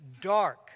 dark